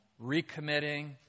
recommitting